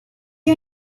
you